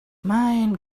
mein